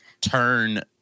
Turn